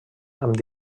amb